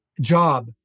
job